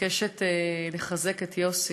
מבקשת לחזק את יוסי,